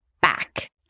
back